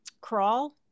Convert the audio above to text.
crawl